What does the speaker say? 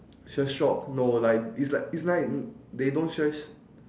trash talk no like it's like it's like they don't thrash